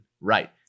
right